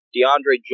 DeAndre